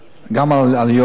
גם על יוקר,